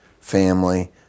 family